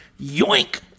yoink